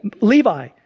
Levi